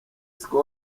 seko